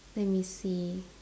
let me see